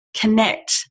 connect